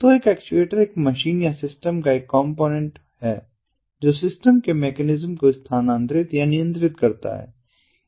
तो एक एक्चुएटर एक मशीन या सिस्टम का एक कॉम्पोनेंट है जो सिस्टम के मैकेनिज्म को स्थानांतरित या नियंत्रित करता है